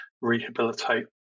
rehabilitate